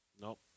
Nope